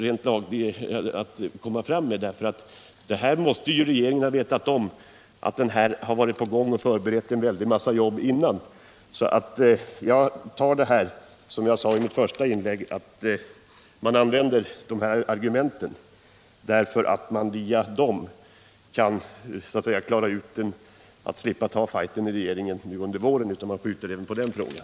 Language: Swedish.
Regeringen måste ju ha vetat om att detta varit på gång och förberett cen massa jobb. Som jag sade i mitt första inlägg uppfattar jag det så att man använder de här argumenten därför att man via dem kan slippa ta fighten i regeringen nu under våren. Man skjuter även på den frågan.